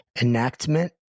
Enactment